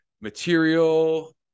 material